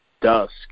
dusk